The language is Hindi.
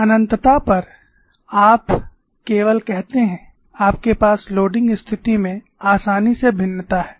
अनन्तता पर आप केवल कहते हैं आपके पास भार स्थिति में आसानी से भिन्नता है